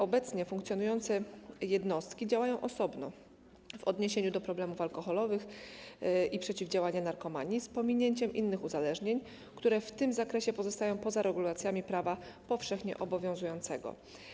Obecnie funkcjonujące jednostki działają osobno w odniesieniu do problemów alkoholowych i przeciwdziałania narkomanii z pominięciem innych uzależnień, które w tym zakresie pozostają poza regulacjami prawa powszechnie obowiązującego.